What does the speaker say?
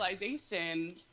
realization